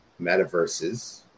metaverses